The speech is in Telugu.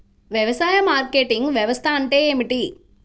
వ్యవసాయ మార్కెటింగ్ వ్యవస్థ అంటే ఏమిటి?